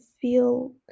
feel